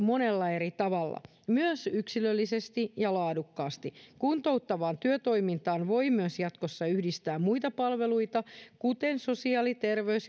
monella eri tavalla myös yksilöllisesti ja laadukkaasti kuntouttavaan työtoimintaan voi myös jatkossa yhdistää muita palveluita kuten sosiaali terveys